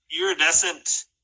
iridescent